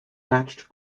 matched